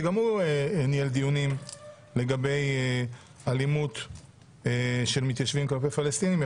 שגם הוא ניהל דיונים לגבי אלימות של מתיישבים כלפי פלסטינים.